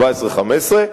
2015,